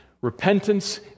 Repentance